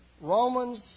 Romans